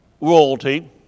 royalty